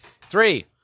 three